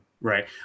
Right